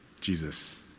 Jesus